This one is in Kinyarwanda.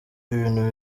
ibintu